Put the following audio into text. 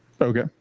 Okay